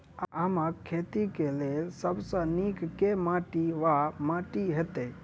आमक खेती केँ लेल सब सऽ नीक केँ माटि वा माटि हेतै?